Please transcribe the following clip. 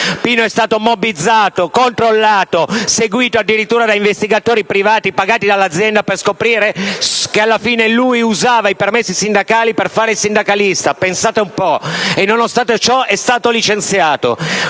Pino è stato mobbizzato, controllato, seguito addirittura da investigatori privati pagati dall'azienda per scoprire alla fine che lui usava i permessi sindacali per fare il sindacalista (pensate un po'), e nonostante ciò è stato licenziato.